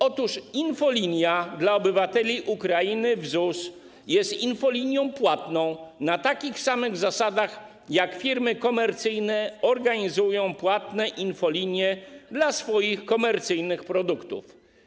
Otóż infolinia dla obywateli Ukrainy w ZUS jest infolinią płatną na takich samych zasadach, jak firmy komercyjne organizują płatne infolinie dla swoich komercyjnych produktów.